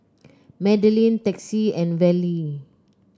Madlyn Texie and Vallie